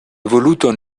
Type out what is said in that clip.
evoluto